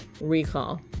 recall